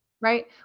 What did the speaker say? right